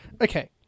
Okay